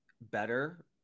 better